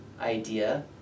idea